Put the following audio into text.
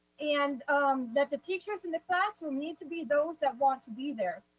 and that the teachers in the classroom needs to be those that want to be there.